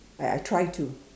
I I try to